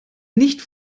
nicht